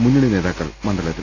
മുന്നണി നേതാക്കൾ മണ്ഡലത്തിൽ